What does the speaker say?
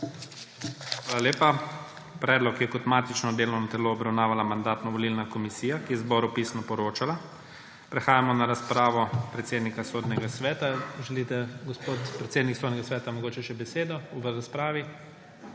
Hvala lepa. Predlog je kot matično delovno telo obravnavala Mandatno-volilna komisija, ki je zboru pisno poročala. Prehajamo na razpravo predsednika Sodnega sveta. Želite, gospod predsednik Sodnega sveta mogoče še besedo v razpravi?